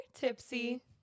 tipsy